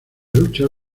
lucha